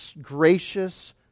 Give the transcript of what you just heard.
gracious